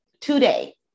today